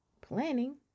Planning